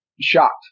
shocked